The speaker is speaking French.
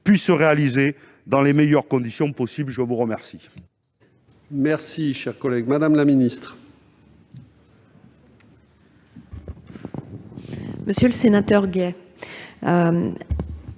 puisse se réaliser dans les meilleures conditions possible ? La parole